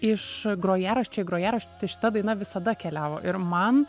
iš grojaraščio į grojaraštį tai šita daina visada keliavo ir man